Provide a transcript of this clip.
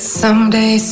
someday